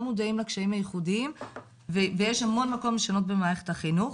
לא מודעים לקשיים הייחודיים ויש המון מקום לשנות במערכת החינוך,